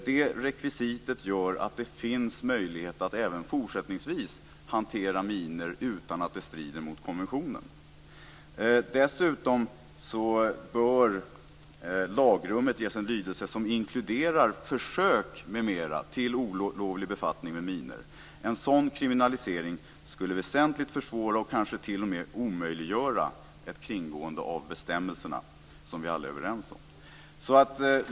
Det rekvisitet gör att det finns möjlighet att även fortsättningsvis hantera minor utan att det strider mot konventionen. För det andra borde lagrummet ges en lydelse som inkluderar försök m.m. till olovlig befattning med minor. En sådan kriminalisering skulle väsentligt försvåra och kanske t.o.m. omöjliggöra ett kringgående av de bestämmelser som vi alla är överens om.